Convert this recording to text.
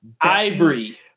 Ivory